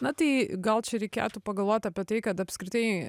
na tai gal čia reikėtų pagalvot apie tai kad apskritai